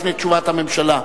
לפני תשובת הממשלה.